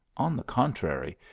on the contrary,